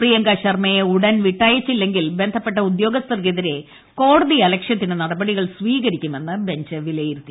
പ്രിയങ്ക ശർമ്മയെ ഉടൻ വിട്ടയച്ചില്പെങ്കിൽ ബന്ധപ്പെട്ട ഉദ്യോഗസ്ഥർക്കെതിരെ കോടതിയലക്ഷ്യത്തിന് നടപടികൾ സ്വീകരിക്കുമെന് ബെഞ്ച് വിലയിരുത്തി